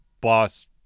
boss